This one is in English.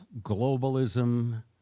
globalism